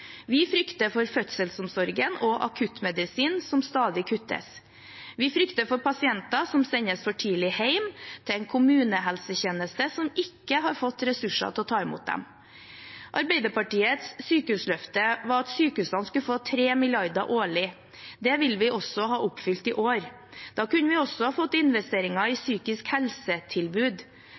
Vi frykter for fødselsomsorgen og akuttmedisinen, som stadig kuttes. Vi frykter for pasienter som sendes for tidlig hjem til en kommunehelsetjeneste som ikke har fått ressurser til å ta imot dem. Arbeiderpartiets sykehusløfte var at sykehusene skulle få 3 mrd. kr årlig. Det ville vi også ha oppfylt i år. Da kunne vi også fått investeringer i psykisk